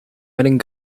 winning